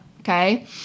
Okay